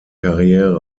karriere